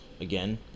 again